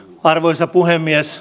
arvoisa puhemies